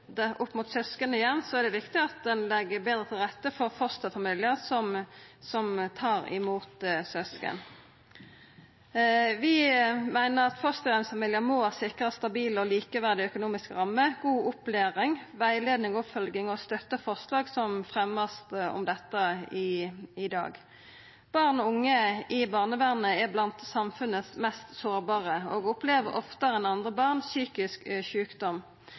Og opp mot søsken igjen er det viktig at ein legg betre til rette for fosterfamiliar som tar imot søsken. Vi meiner at fosterheimsfamiliar må sikrast stabile og likeverdige økonomiske rammer, god opplæring, rettleiing og oppfølging, og støttar forslag som vert fremja om dette i dag. Barn og unge i barnevernet er blant samfunnets mest sårbare og opplever oftare enn andre barn psykisk sjukdom.